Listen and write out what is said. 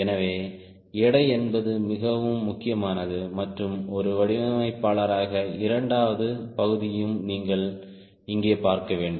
எனவே எடை என்பது மிகவும் முக்கியமானது மற்றும் ஒரு வடிவமைப்பாளராக இரண்டாவது பகுதியும் நீங்கள் இங்கே பார்க்க வேண்டும்